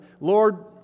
Lord